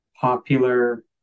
popular